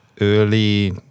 early